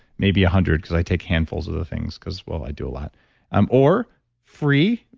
maybe a hundred because i take handfuls of the things because, well, i do a lot um or free,